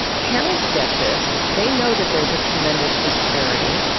parents get this. they know that there's a tremendous disparity.